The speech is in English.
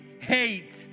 Hate